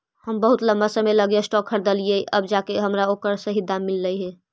हम बहुत लंबा समय लागी स्टॉक खरीदलिअइ अब जाके हमरा ओकर सही दाम मिललई हे